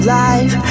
life